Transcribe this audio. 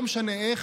לא משנה איך,